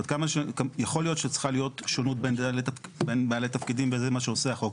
יכול להיות שצריכה להיות שונות בין בעלי תפקידים וזה מה שעושה החוק.